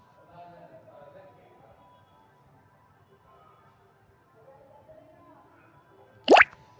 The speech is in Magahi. भारतवर्ष में नर्सरी में पौधवन के उगावे ला एक व्यापार के रूप में स्थापित कार्य हई